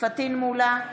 פטין מולא,